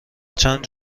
چند